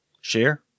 share